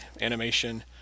animation